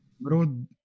bro